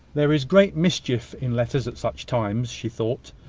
there is great mischief in letters at such times, she thought.